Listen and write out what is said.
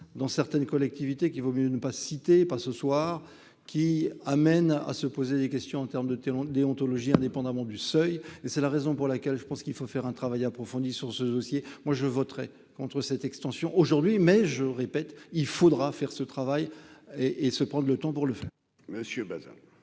dans certaines collectivités qu'il vaut mieux ne pas citer par ce soir, qui amène à se poser des questions en termes de tellement de déontologie indépendamment du seuil et c'est la raison pour laquelle je pense qu'il faut faire un travail approfondi sur ce dossier, moi, je voterai contre cette extension aujourd'hui mais je répète, il faudra faire ce travail et et se prendre le temps pour le faire